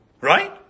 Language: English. Right